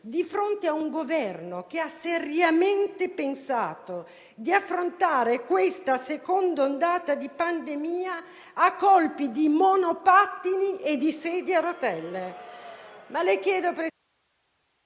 di fronte a un Governo che ha seriamente pensato di affrontare questa seconda ondata pandemica a colpi di monopattini e di banchi a rotelle?